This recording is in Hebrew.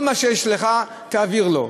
את כל מה שיש לך תעביר לו.